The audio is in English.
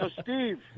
Steve